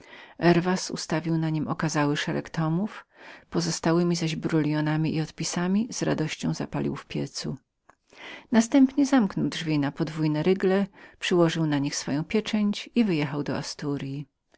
herwas ułożył na nim tę znakomitą ilość książek i pozostałemi notami uwagami i odpisami z radością zapalił w piecu następnie zamknął drzwi na kłódkę przyłożył na nich swoją pieczęć i wyjechał do asturyi